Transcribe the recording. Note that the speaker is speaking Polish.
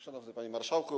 Szanowny Panie Marszałku!